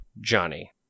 Johnny